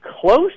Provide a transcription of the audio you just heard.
close